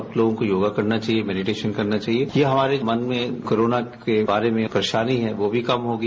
सब लोगों को योगा करना चाहिए मैडिटेश्रन करना चाहिए कि हमारे मन में कोरोना के बारे में जो परेशानी है वो भी कम होगी